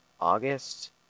August